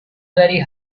very